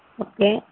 okay